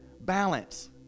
balance